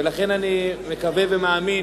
ולכן אני מקווה ומאמין,